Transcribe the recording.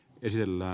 esillä